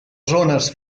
zones